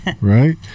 right